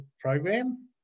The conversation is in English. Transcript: program